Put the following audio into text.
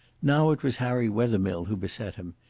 now it was harry wethermill who beset him.